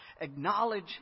acknowledge